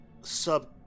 sub